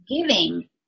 giving